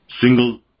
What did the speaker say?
single